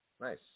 Nice